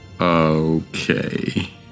Okay